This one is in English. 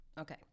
okay